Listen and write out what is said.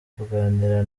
kuganira